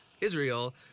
Israel